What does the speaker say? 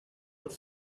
with